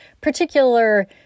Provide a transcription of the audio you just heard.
particular